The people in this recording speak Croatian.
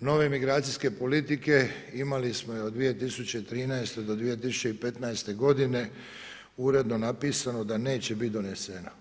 nove migracijske politike, imali smo je od 2013. do 2015. godine uredno napisano da neće biti donesena.